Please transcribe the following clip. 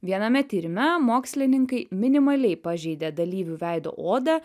viename tyrime mokslininkai minimaliai pažeidė dalyvių veido odą